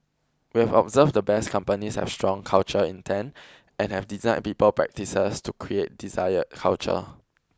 we have observed the Best Companies have strong cultural intent and have designed people practices to create desired culture